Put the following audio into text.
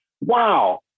wow